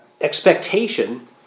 Expectation